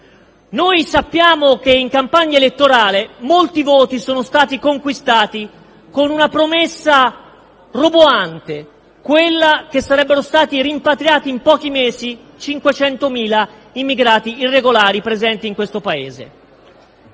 noi sappiamo che in campagna elettorale molti voti sono stati conquistati con una promessa roboante, cioè quella che sarebbero stati rimpatriati in pochi mesi 500.000 immigrati irregolari presenti in questo Paese.